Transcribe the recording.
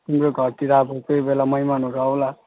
तिम्रो घरतिर अब कोही बेला महिमानहरू आउला